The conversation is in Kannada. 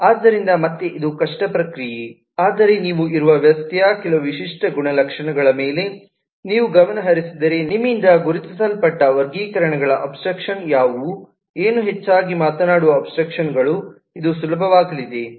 ಆದ್ದರಿಂದ ಮತ್ತೆ ಇದು ಕಷ್ಟ ಪ್ರಕ್ರಿಯೆ ಆದರೆ ನೀವು ಇರುವ ವ್ಯವಸ್ಥೆಯ ಕೆಲವು ವಿಶಿಷ್ಟ ಗುಣಲಕ್ಷಣಗಳ ಮೇಲೆ ನೀವು ಗಮನಹರಿಸಿದರೆ ನಿಮ್ಮಿಂದ ಗುರುತಿಸಲ್ಪಟ್ಟ ವರ್ಗೀಕರಣಗಳ ಅಬ್ಸ್ಟ್ರಾಕ್ಷನ್ ಯಾವುವು ಏನು ಹೆಚ್ಚಾಗಿ ಮಾತನಾಡುವ ಅಬ್ಸ್ಟ್ರಾಕ್ಷನ್ಗಳು ಇದು ಸುಲಭವಾಗಲಿದೆ